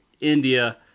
India